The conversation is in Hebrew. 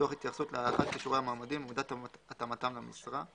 תוך התייחסות להערכת כישורי המועמדים ומידת התאמתם למשרה,